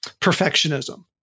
perfectionism